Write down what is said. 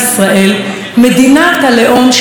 מדינת הלאום של העם היהודי.